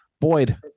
Boyd